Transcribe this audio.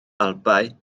alpau